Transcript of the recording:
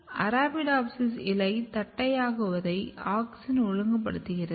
அரபிடோப்சிஸில் இலையைத் தட்டையாக்குவதை ஆக்ஸின் ஒழுங்குபடுத்துகிறது